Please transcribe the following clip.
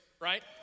right